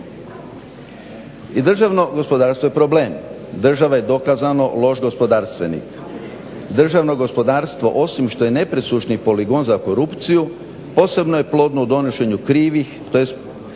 I državno gospodarstvo je problem. Država je dokazano loš gospodarstvenik. Državno gospodarstvo osim što je nepresušni poligon za korupciju posebno je plod u donošenju krivih tj.